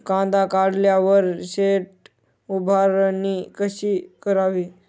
कांदा काढल्यावर शेड उभारणी कशी करावी?